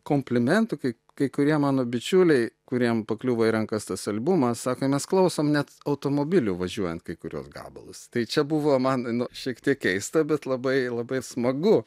komplimentų kai kai kurie mano bičiuliai kuriem pakliūva į rankas tas albumas sako mes klausom net automobiliu važiuojant kai kuriuos gabalus tai čia buvo man nu šiek tiek keista bet labai labai smagu